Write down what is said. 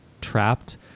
trapped